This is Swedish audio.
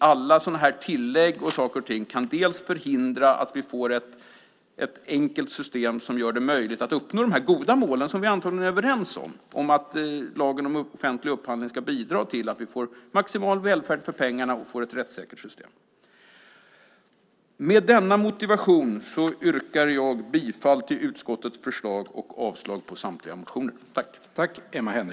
Alla sådana här tillägg och saker och ting kan förhindra att vi får ett enkelt system som gör det möjligt att uppnå de goda målen, som vi antagligen är överens om att lagen om offentlig upphandling ska bidra till. Det handlar om att få maximal välfärd för pengarna och ett rättssäkert system. Med denna motivation yrkar jag bifall till utskottets förslag och avslag på samtliga motioner.